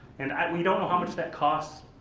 and and we don't know how much that costs,